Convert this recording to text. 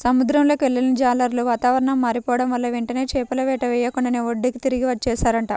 సముద్రంలోకి వెళ్ళిన జాలర్లు వాతావరణం మారిపోడం వల్ల వెంటనే చేపల వేట చెయ్యకుండానే ఒడ్డుకి తిరిగి వచ్చేశారంట